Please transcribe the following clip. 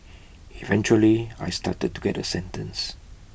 eventually I started to get A sentence